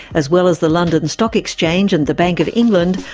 as well as the london stock exchange and the bank of england,